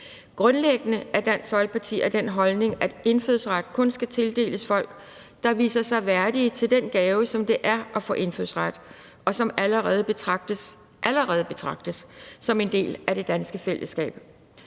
Grundlæggende er Dansk Folkeparti af den holdning, at indfødsret kun skal tildeles folk, der viser sig værdige til den gave, som det er at få indfødsret, og som allerede betragtes som en del af det danske fællesskab.